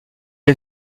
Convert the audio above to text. une